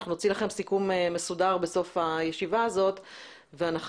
אנחנו נוציא לכם סיכום מסודר בסוף הישיבה הזאת ואנחנו